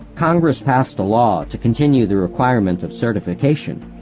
congress passed a law to continue the requirement of certification,